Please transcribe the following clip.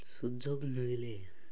ସୁଯୋଗ ମିଳିଲେ